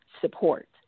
support